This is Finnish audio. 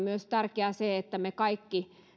myös se että me kaikki